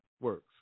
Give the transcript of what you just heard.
works